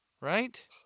right